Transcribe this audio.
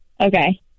Okay